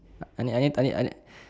I need I need I need